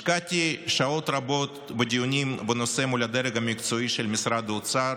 השקעתי שעות רבות בדיונים בנושא מול הדרג המקצועי של משרד האוצר